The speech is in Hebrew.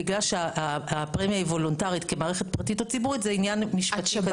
בגלל שהפרמיה היא וולונטרית כמערכת פרטית או ציבורית זה עניין משפטי.